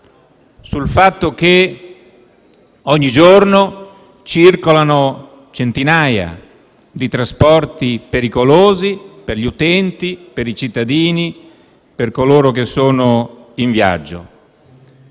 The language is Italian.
sul fatto che ogni giorno circolano centinaia di trasporti pericolosi per gli utenti, per i cittadini, per coloro che sono in viaggio.